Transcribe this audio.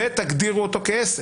ותגדירו אותו כעסק.